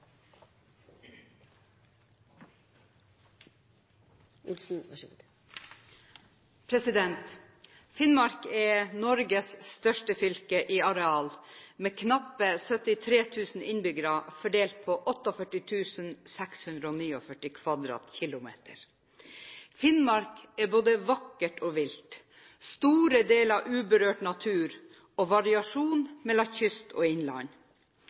enn verneinteressene. Finnmark er Norges største fylke i areal, med knappe 73 000 innbyggere fordelt på 48 649 km2. Finnmark er både vakkert og vilt, med store deler uberørt natur og variasjon mellom kyst og innland.